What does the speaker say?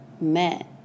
met